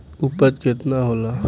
उपज केतना होला?